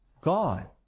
God